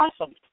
awesome